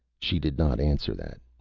she did not answer that.